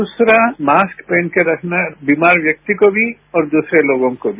दूसरा मास्क पहनकर रखना बीमार व्यक्ति को भी और दूसरे लोगों को भी